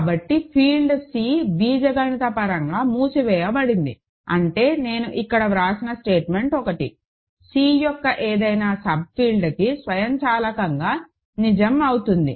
కాబట్టి field C బీజగణితపరంగా మూసివేయబడింది అంటే నేను ఇక్కడ వ్రాసిన స్టేట్మెంట్ ఒకటి C యొక్క ఏదైనా సబ్ఫీల్డ్కి స్వయంచాలకంగా నిజం అవుతుంది